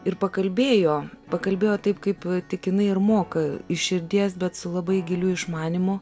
ir pakalbėjo pakalbėjo taip kaip tik jinai ir moka iš širdies bet su labai giliu išmanymu